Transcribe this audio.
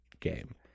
game